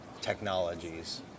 technologies